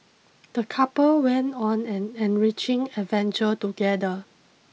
the couple went on an enriching adventure together